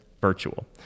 virtual